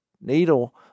needle